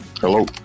Hello